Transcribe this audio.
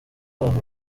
abantu